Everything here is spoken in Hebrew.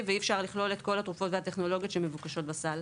ואי אפשר לכלול את כל התרופות והטכנולוגיות שמבוקשות בסל.